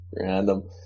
random